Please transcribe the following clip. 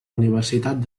universitat